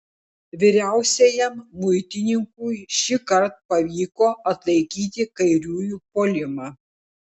vyriausiajam muitininkui šįkart pavyko atlaikyti kairiųjų puolimą